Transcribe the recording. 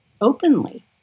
openly